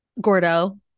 Gordo